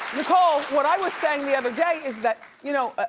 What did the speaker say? nicole what i was saying the other day is that you know ah